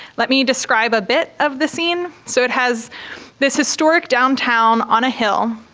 let me describe a bit of the scene. so it has this historic downtown on a hill,